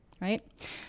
right